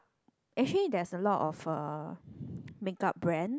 actually there's a lot of uh makeup brand